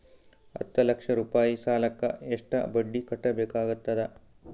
ಹತ್ತ ಲಕ್ಷ ರೂಪಾಯಿ ಸಾಲಕ್ಕ ಎಷ್ಟ ಬಡ್ಡಿ ಕಟ್ಟಬೇಕಾಗತದ?